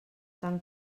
tant